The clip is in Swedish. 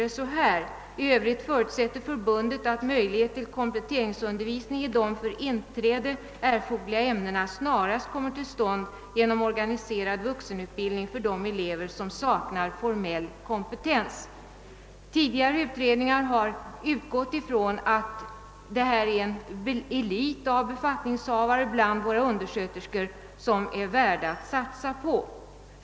Det framhöll bland annat följande: »I Övrigt förutsätter förbundet att möjlighet till kompletteringsundervisning i de för inträde erforderliga ämnena snarast kommer till stånd genom organiserad vuxenutbildning för de elever som saknar formell kompetens.» Tidigare utredningar har utgått från att det rör sig om en elit bland våra undersköterskor som det är värt att satsa på.